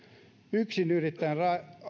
yksinyrittäjän